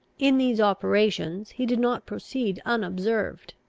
in these operations he did not proceed unobserved,